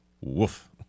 Woof